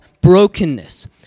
brokenness